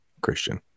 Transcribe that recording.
Christian